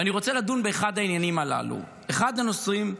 ואני רוצה לדון באחד העניינים הללו, אחד הנושאים,